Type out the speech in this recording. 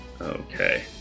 Okay